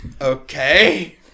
okay